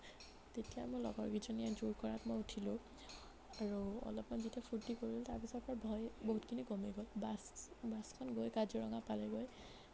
তেতিয়া মোৰ লগৰকেইজনীয়ে জোৰ কৰাত মই উঠিলোঁ আৰু অলপমান যেতিয়া ফূৰ্তি কৰিলোঁ তাৰপিছৰ পৰা ভয় বহুতখিনি কমি গ'ল বাছ বাছখন গৈ কাজিৰঙা পালেগৈ